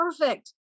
perfect